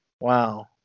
Wow